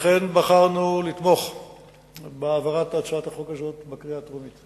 ולכן בחרנו לתמוך בהצעת החוק הזאת בקריאה הטרומית.